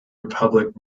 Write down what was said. republic